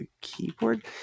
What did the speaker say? keyboard